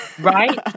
Right